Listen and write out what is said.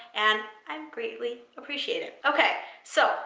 and i greatly appreciate it. okay, so